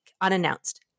unannounced